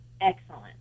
excellent